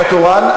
אתה תורן?